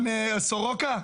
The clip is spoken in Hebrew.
אתה מסורוקה?